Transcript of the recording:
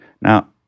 Now